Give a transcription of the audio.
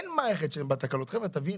אין מערכת שאין בה תקלות, חבר'ה, תבינו.